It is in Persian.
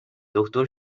دکتر